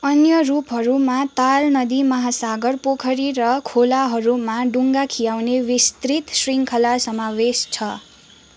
अन्य रूपहरूमा ताल नदी महासागर पोखरी र खोलाहरूमा डुङ्गा खियाउने विस्तृत शृङ्खला समावेश छ